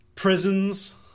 prisons